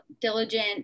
diligent